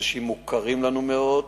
אלא אנשים מוכרים לנו מאוד,